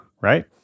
right